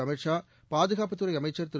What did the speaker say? அமித்ஷா பாதுகாப்புத்துறை அமைச்சா் திரு